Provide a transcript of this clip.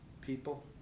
people